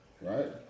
Right